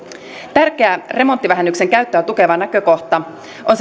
tärkeä remonttivähennyksen käyttöä tukeva näkökohta on